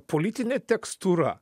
politinė tekstūra